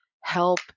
help